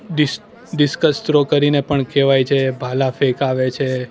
disk discs throw કરીને પણ કહેવાય છે ભાલા ફેંક આવે છે